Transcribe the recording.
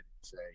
say